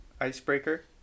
icebreaker